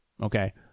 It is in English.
okay